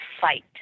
fight